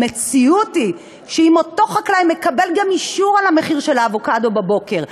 המציאות היא שאם אותו חקלאי מקבל אישור על המחיר של האבוקדו בבוקר,